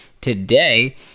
today